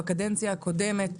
בקדנציה הקודמת.